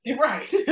Right